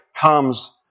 comes